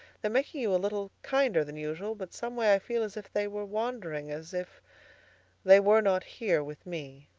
they're making you a little kinder than usual but some way i feel as if they were wandering, as if they were not here with me.